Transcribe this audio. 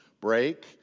break